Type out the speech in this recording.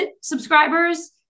subscribers